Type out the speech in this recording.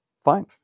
fine